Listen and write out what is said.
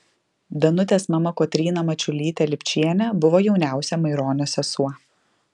danutės mama kotryna mačiulytė lipčienė buvo jauniausia maironio sesuo